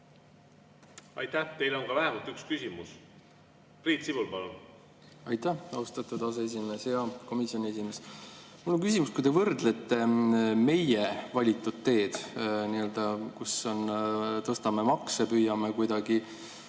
Aitäh! Teile on ka vähemalt üks küsimus. Priit Sibul, palun! Aitäh, austatud aseesimees! Hea komisjoni esimees! Mul on küsimus. Võrdleme meie valitud teed, kus me tõstame makse, püüame kuidagi